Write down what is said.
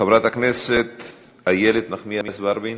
חברת הכנסת איילת נחמיאס ורבין,